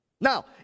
Now